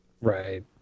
right